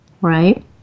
Right